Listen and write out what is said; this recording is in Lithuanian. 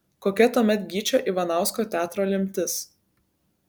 kokia tuomet gyčio ivanausko teatro lemtis